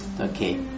Okay